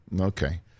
Okay